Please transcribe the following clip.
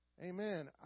Amen